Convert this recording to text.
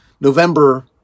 November